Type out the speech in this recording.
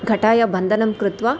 घटाय बन्धनं कृत्वा